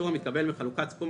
השיעור המתקבל מחלוקת סכום